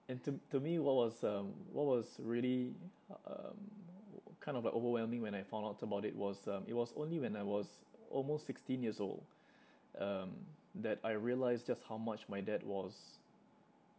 and to to me what was um what was really um kind of like overwhelming when I found out about it was um it was only when I was almost sixteen years old um that I realised just how much my dad was